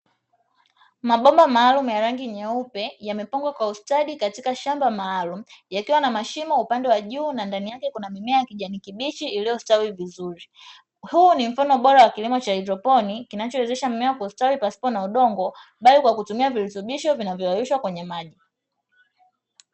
Mabomba maalumu ya rangi nyeupe yamepangwa kwa ustadi katika shamba maalumu, yakiwa na mashimo upande wa juu na ndani yake kukiwa na mimea ya kijani kibichi iliyostawi vizuri. Huu ni mfumo bora wa kilimo cha haidroponi kinachowezesha mimea kustawi pasipo na udongo, bali kwa kutumia virutubisho vilivyoyeyushwa kwenye maji.